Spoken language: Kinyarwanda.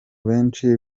benshi